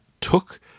took